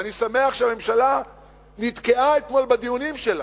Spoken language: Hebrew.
ואני שמח שהממשלה נתקעה אתמול בדיונים שלה,